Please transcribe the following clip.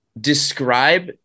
describe